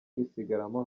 risigaramo